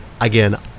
again